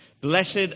Blessed